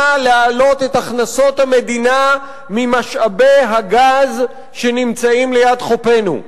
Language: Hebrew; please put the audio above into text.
להעלות את הכנסות המדינה ממשאבי הגז שנמצאים ליד חופינו,